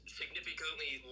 significantly